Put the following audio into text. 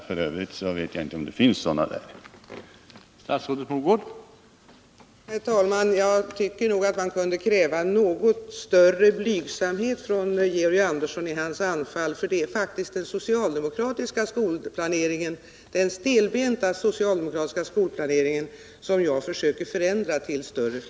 F. ö. vet jag inte om det alls finns några moderater där.